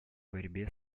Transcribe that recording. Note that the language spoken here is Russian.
борьбе